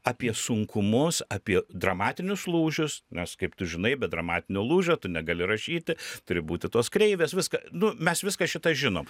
apie sunkumus apie dramatinius lūžius nes kaip tu žinai be dramatinio lūžio tu negali rašyti turi būti tos kreivės viską nu mes viską šitą žinom